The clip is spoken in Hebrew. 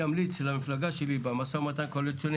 מזל שהפעלנו קצת לחץ.